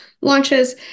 launches